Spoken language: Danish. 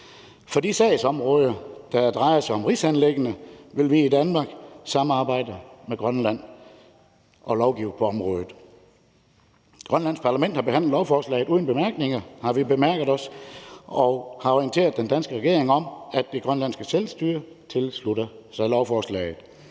På de sagsområder, der drejer sig om rigsanliggender, vil vi i Danmark samarbejde med Grønland og lovgive på området. Grønlands parlament har behandlet lovforslaget uden bemærkninger, har vi bemærket os, og har orienteret den danske regering om, at det grønlandske selvstyre tilslutter sig lovforslaget.